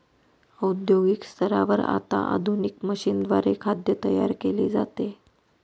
औद्योगिक स्तरावर आता आधुनिक मशीनद्वारे खाद्य तयार केले जाते